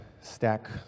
stack